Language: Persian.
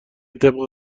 طبق